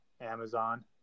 amazon